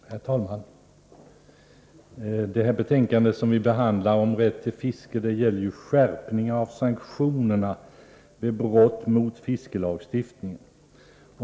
Herr talman! Det betänkande som vi nu behandlar om rätt till fiske gäller skärpningar av sanktionerna vid brott mot fiskelagstiftningen.